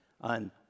on